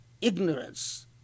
ignorance